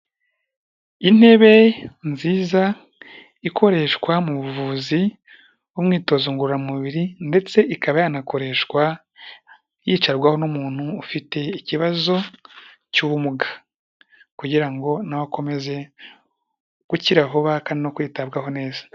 Intebe nziza ikoreshwa mu buvuzi w'umwitozo ngororamubiri ndetse ikaba yanakoreshwa yicarwaho n'umuntu ufite ikibazo cy'ubumuga kugira ngo na we komeze gukira vuba kandi no kwitabwaho neza.